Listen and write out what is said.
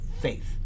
faith